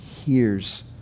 hears